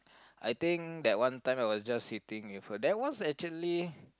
I think that one time I was just sitting with her that was actually